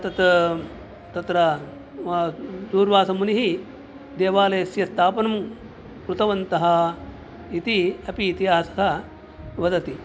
तत् तत्र दुर्वासामुनिः देवालयस्य स्थापनं कृतवन्तः इति अपि इतिहासः वदति